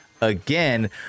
Again